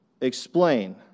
explain